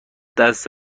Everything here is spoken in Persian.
دست